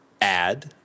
add